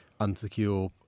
unsecure